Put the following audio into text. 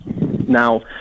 Now